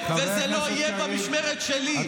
וזה לא יהיה במשמרת שלי.